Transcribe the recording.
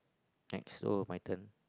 next oh my turn